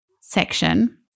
section